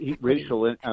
racial